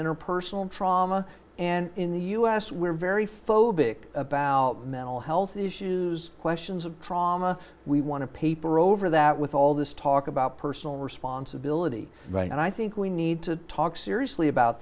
interpersonal trauma and in the us we're very phobic about mental health issues questions of trauma we want to paper over that with all this talk about personal responsibility right and i think we need to talk seriously about